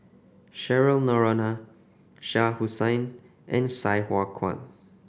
Cheryl Noronha Shah Hussain and Sai Hua Kuan